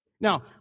Now